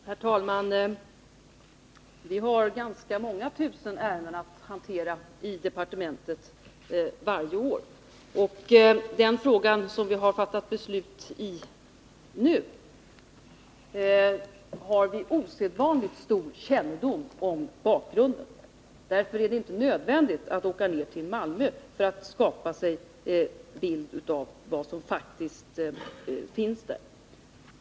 Herr talman! Vi har ganska många tusen ärenden att hantera i departementet varje år. Och i den fråga som det nu gäller har vi osedvanligt stor kännedom om bakgrunden. Därför är det inte nödvändigt att åka ner till Malmö för att skapa sig en bild av de faktiska förhållandena.